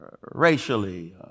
racially